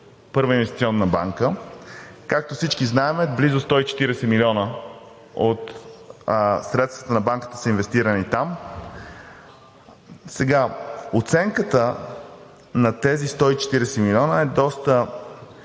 Първа инвестиционна банка. Както всички знаем, близо 140 милиона от средствата на Банката са инвестирани там. Оценката на тези 140 милиона е доста...